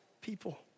people